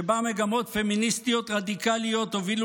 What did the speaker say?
שבה מגמות פמיניסטיות רדיקליות הובילו